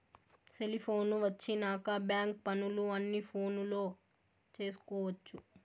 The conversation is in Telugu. సెలిపోను వచ్చినాక బ్యాంక్ పనులు అన్ని ఫోనులో చేసుకొవచ్చు